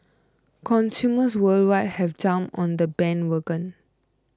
consumers worldwide have jumped on the bandwagon